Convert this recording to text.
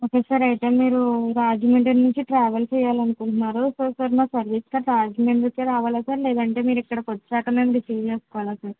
okay sir అయితే మీరు రాజమండ్రి నుంచి ట్రావెల్ చేయాలనుకుంటున్నారు సార్ మా సర్వీస్ కార్ రాజమండ్రికే రావాలా సార్ లేదంటే మీరు ఇక్కడికొచ్చాక మేం రిసీవ్ చేసుకోవాలా సార్